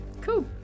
Cool